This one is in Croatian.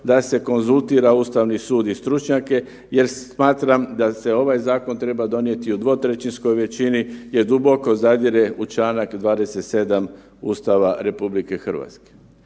da se konzultira Ustavni sud i stručnjake jer smatram da se ovaj zakon treba donijeti u dvotrećinskoj većini jer duboko zadire u čl. 27. Ustava RH.